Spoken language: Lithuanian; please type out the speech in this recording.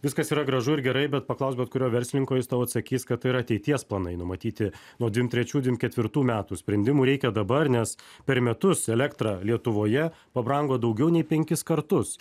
viskas yra gražu ir gerai bet paklausk bet kurio verslininko jis tau atsakys kad ir ateities planai numatyti nuo dvim trečių dvim ketvirtų metų sprendimų reikia dabar nes per metus elektra lietuvoje pabrango daugiau nei penkis kartus